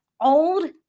old